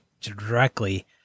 directly